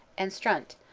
and strunt,